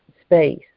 space